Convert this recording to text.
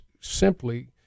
simply